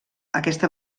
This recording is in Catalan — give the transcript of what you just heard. aquesta